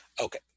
okay